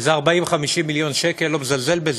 איזה 50-40 מיליון שקל, לא מזלזל בזה,